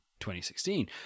2016